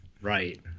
Right